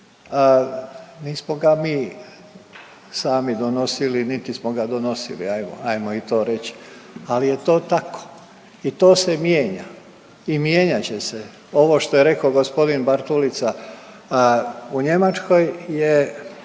nismo ga mi sami donosili, niti smo ga donosili evo ajmo i to reći, ali je to tako i to se mijenja i mijenjat će se. Ovo što je rekao g. Bartulica u Njemačkoj je